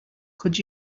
could